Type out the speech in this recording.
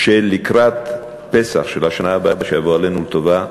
שלקראת פסח של השנה הבאה, שתבוא עלינו לטובה,